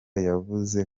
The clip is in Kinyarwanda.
yavuze